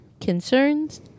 concerns